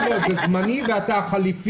הלו, זה זמני, ואתה החליפי.